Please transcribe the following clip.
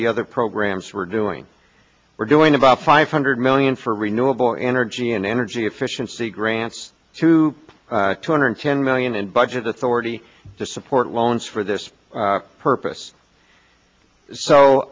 the other programs we're doing we're doing about five hundred million for renewable energy and energy efficiency grants to two hundred ten million in budget authority to support loans for this purpose so